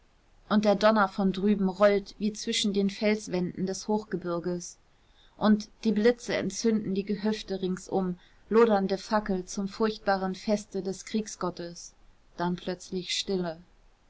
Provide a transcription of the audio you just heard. und der donner von drüben rollt wie zwischen den felswänden des hochgebirges und die blitze entzünden die gehöfte ringsum lodernde fackeln zum furchtbaren feste des kriegsgottes dann plötzlich stille